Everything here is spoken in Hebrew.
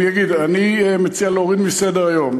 אני מציע להוריד מסדר-היום.